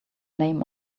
name